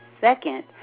Second